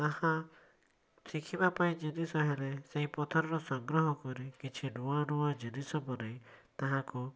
ତାହା ଦେଖିବାପାଇଁ ଜିନିଷ ହେଲେ ସେହି ପଥର କୁ ସଂଗ୍ରହ କରି କିଛି ନୂଆଁ ନୂଆଁ ଜିନିଷ ବନେଇ ତାହାକୁ